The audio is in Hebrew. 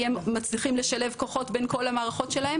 שמצליחים לשלב כוחות בי כל המערכות שלהם